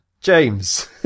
James